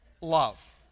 love